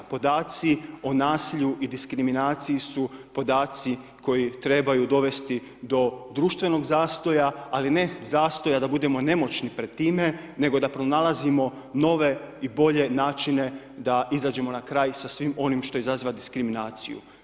Podaci o nasilju i diskriminaciji su podaci koji trebaju dovesti do društvenog zastoja ali ne zastoja da budemo nemoćni pred time nego da pronalazimo nove i bolje načine da izađemo na kraj sa svime onime što izaziva diskriminaciju.